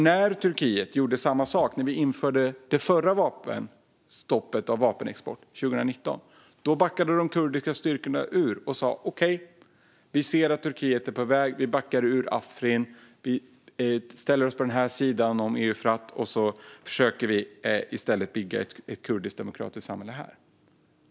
När Turkiet gjorde samma sak en gång förut - det var efter det vi införde det förra stoppet för vapenexport till landet, 2019 - backade de kurdiska styrkorna ur. De sa: Okej, vi ser att Turkiet är på väg - vi backar ur Afrin, ställer oss på den här sidan Eufrat och försöker i stället att bygga ett kurdiskt demokratiskt samhälle här.